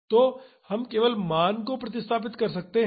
तो हम केवल मान को प्रतिस्थापित कर सकते हैं